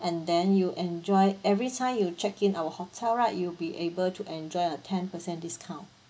and then you enjoy every time you check in our hotel right you'll be able to enjoy a ten percent discount